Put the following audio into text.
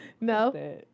No